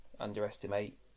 underestimate